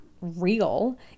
real